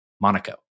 Monaco